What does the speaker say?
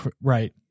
right